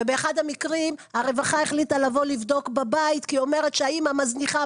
באחד המקרים הרווחה החליטה לבוא לבדוק בבית כי היא אומרת שהאמא מזניחה.